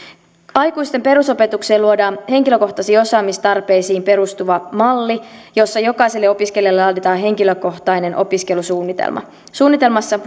aikuisten perusopetukseen luodaan henkilökohtaisiin osaamistarpeisiin perustuva malli jossa jokaiselle opiskelijalle annetaan henkilökohtainen opiskelusuunnitelma suunnitelmassa